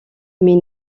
mais